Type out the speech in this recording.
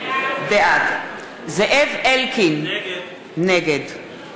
בעד זאב אלקין, נגד